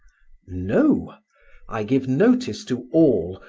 no i give notice to all,